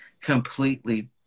completely